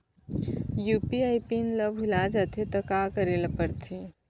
UPI PIN ल भुला जाथे त का करे ल पढ़थे?